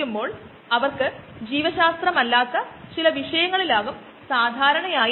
ഈ കോശങ്ങൾ ഇവിടെ ഉണ്ടായിരിക്കാം മാത്രമല്ല ബയോ റിയാക്ടറിൽ നിന്ന് നിരന്തരമായ ഔട്ട്പുട്ട് ഉണ്ടാക്കുകയും ചെയ്യുന്നു